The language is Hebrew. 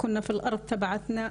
להלן תרגום חופשי)